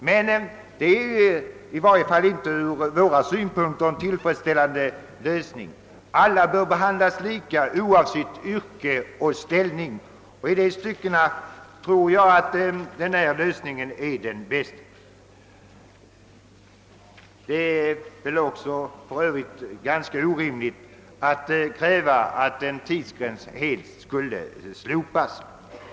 Men detta är i varje fall inte ur våra synpunkter en tillfredsställande lösning. Alia bör behandlas lika oavsett yrke och ställning. I dessa stycken anser jag att den föreslagna lösningen är den bästa. Det torde för övrigt vara ganska orimligt att kräva att tidsgränsen helt skulle slopas.